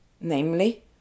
Namely